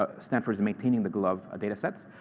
ah stanford's maintaining the glove datasets.